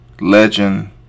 legend